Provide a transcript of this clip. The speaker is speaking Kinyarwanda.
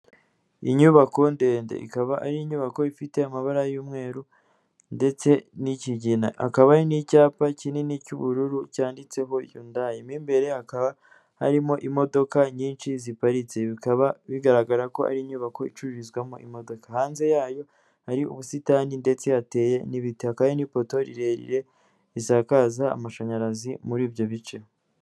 Inyubako ndende ikaba ari inyubako ifite amabara y'umweru ndetse n'ikigina, hakaba hari n'icyapa kinini cy'ubururu cyanditseho hyundai, mo imbere hakaba harimo imodoka nyinshi ziparitse, bikaba bigaragara ko ari inyubako icururizwamo imodoka, hanze yayo hari ubusitani ndetse hateye n'ibiti, hakaba hari n'ipoto rirerire risakaza amashanyarazi muri ibyo bice.